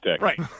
right